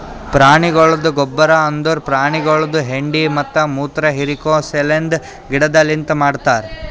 ಪ್ರಾಣಿಗೊಳ್ದ ಗೊಬ್ಬರ್ ಅಂದುರ್ ಪ್ರಾಣಿಗೊಳ್ದು ಹೆಂಡಿ ಮತ್ತ ಮುತ್ರ ಹಿರಿಕೋ ಸಲೆಂದ್ ಗಿಡದಲಿಂತ್ ಮಾಡ್ತಾರ್